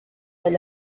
del